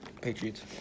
Patriots